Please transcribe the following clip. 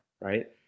right